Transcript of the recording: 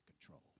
control